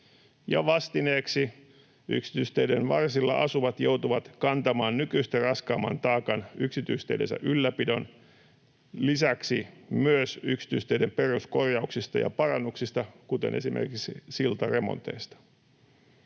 vastineeksi yksityisteiden varsilla asuvat joutuvat kantamaan nykyistä raskaamman taakan yksityisteidensä ylläpidon lisäksi myös yksityisteiden peruskorjauksista ja parannuksista, kuten esimerkiksi siltaremonteista.